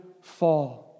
fall